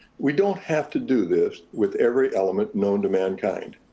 we don't have to do this with every element known to mankind.